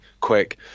quick